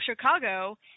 Chicago